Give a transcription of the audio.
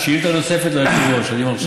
שאילתה נוספת ליושב-ראש, אני מרשה.